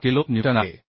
7 kilonewton आहे